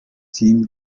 team